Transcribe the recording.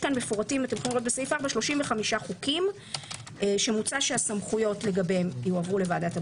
מפורטים פה 35 חוקים שמוצע שהסמכויות לגביהם יועברו לוועדת הבריאות.